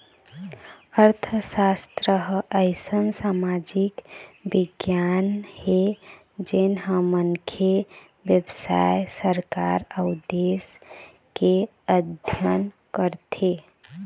अर्थसास्त्र ह अइसन समाजिक बिग्यान हे जेन ह मनखे, बेवसाय, सरकार अउ देश के अध्ययन करथे